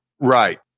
Right